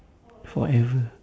forever